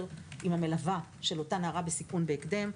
עם המלווה של אותה נערה בסיכון בהקדם,